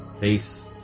Peace